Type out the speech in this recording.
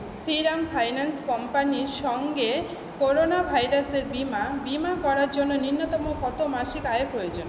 Shriram finance কোম্পানির সঙ্গে corona ভাইরাসের বিমা বিমা করার জন্য ন্যূনতম কতো মাসিক আয়ের প্রয়োজন